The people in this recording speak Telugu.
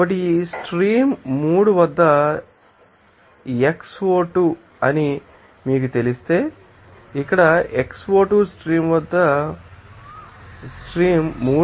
కాబట్టి స్ట్రీమ్ 3 వద్ద xO2 అని మీకు తెలిస్తే ఇక్కడ xO2 స్ట్రీమ్ 3 వద్ద 0